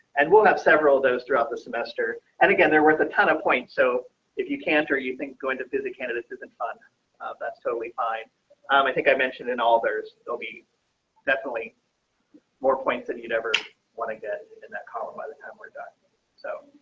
and we'll have several those throughout the semester. and again, they're worth a ton of points. so if you can't, or you think going to visit candidates isn't fun that's totally fine. um i think i mentioned in all there's there'll be definitely more points than you'd ever want to get in that column by the time we're done so.